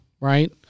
right